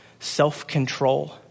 Self-control